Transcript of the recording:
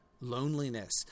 loneliness